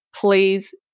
Please